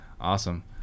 Awesome